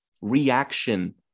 reaction